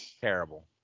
Terrible